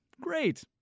great